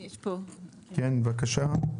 בבקשה.